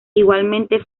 igualmente